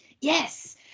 Yes